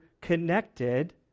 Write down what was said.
connected